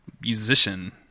musician